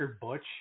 Butch